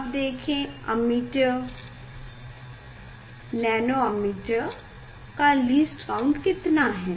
अब देखें ammeter nanometre का लीस्टकाउंट कितना है